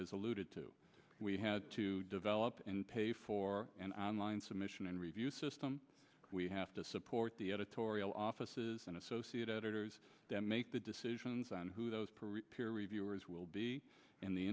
has alluded to we had to develop and pay for an online submission and review system we have to support the editorial offices and associate editor make the decisions on who those parade peer reviewers will be in the